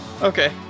Okay